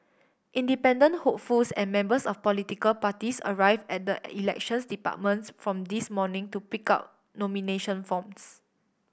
independent hopefuls and members of political parties arrive at the Elections Departments from this morning to pick up nomination forms